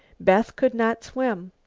beth could not swim.